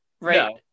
Right